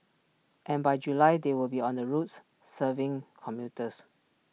and by July they will be on the roads serving commuters